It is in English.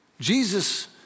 Jesus